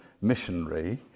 missionary